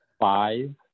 five